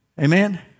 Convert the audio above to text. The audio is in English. Amen